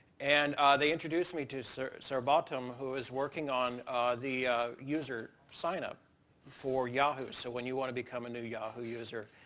and they introduced me to so sarbbottam who is working on the user sign up for yahoo, so when you want to become a new yahoo user.